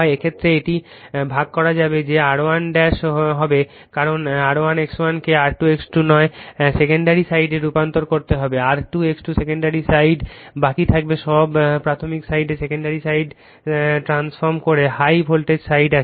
এই ক্ষেত্রে এটি ভাগ করা হবে যে R1 হবে কারণ R1 X1 কে R2 X2 নয় সেকেন্ডারি সাইডে রুপান্তর করতে হবে R2 X2 সেকেন্ডারি সাইড বাকি থাকবে সব প্রাথমিক সাইডে সেকেন্ডারি সাইড ট্রান্সফর্ম করে হাই ভোল্টেজ সাইড আছে